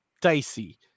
dicey